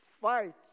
fight